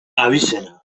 abizena